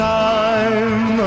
time